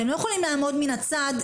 אתם לא יכולים לעמוד מן הצד,